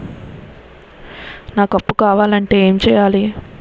నాకు అప్పు కావాలి అంటే ఎం చేయాలి?